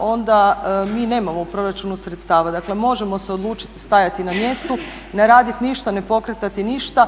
onda mi nemamo u proračunu sredstava. Dakle, možemo se odlučiti stajati na mjestu, ne raditi ništa, ne pokretati ništa.